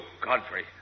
Godfrey